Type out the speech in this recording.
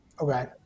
Okay